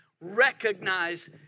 recognize